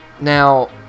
Now